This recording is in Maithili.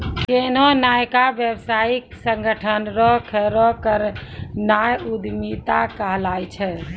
कोन्हो नयका व्यवसायिक संगठन रो खड़ो करनाय उद्यमिता कहलाय छै